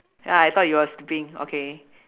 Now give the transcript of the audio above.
ya I thought you were sleeping okay